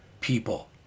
people